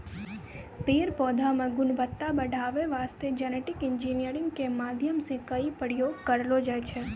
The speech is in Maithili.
पेड़ पौधा मॅ गुणवत्ता बढ़ाय वास्तॅ जेनेटिक इंजीनियरिंग के माध्यम सॅ कई प्रयोग करलो जाय छै